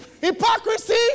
hypocrisy